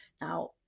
Now